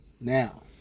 Now